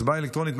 הצבעה אלקטרונית.